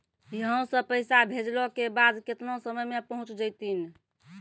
यहां सा पैसा भेजलो के बाद केतना समय मे पहुंच जैतीन?